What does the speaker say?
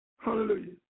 Hallelujah